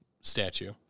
statue